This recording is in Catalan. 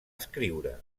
escriure